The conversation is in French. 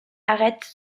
arrêtent